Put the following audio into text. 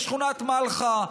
לשכונת מלחה.